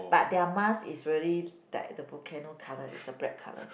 but their mask is really that the volcano colour is the black colour